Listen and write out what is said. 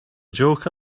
joke